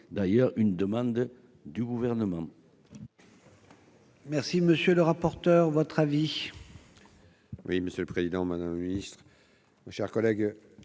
d'ailleurs une demande du Gouvernement.